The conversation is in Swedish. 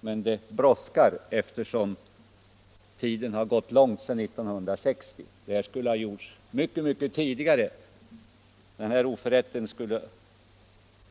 Men det brådskar, eftersom lång tid har gått — Vissa änkepensedan 1960. Detta skulle ha gjorts mycket tidigare. En sådan här oförrätt — sionsoch barnpenskulle